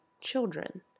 children